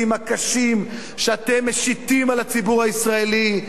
הקשים שאתם משיתים על הציבור הישראלי.